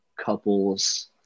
couples